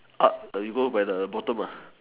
we go by the bottom